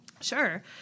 Sure